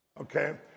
Okay